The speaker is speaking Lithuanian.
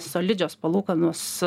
solidžios palūkanos